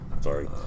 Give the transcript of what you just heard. Sorry